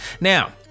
now